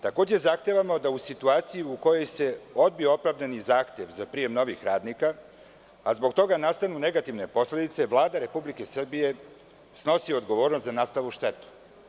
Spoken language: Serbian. Takođe zahtevamo da u situaciji u kojoj se odbija opravdani zahtev za prijem novih radnika, a zbog toga nastanu negativne posledice, Vlada Republike Srbije snosi odgovornost za nastalu štetu.